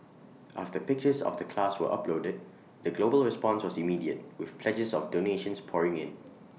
after pictures of the class were uploaded the global response was immediate with pledges of donations pouring in